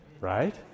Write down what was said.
right